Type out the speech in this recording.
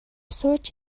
сууж